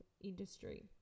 industry